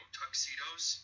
tuxedos